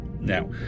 Now